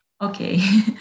okay